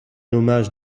hommage